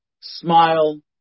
smile